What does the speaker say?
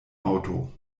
auto